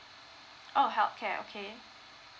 oh healthcare okay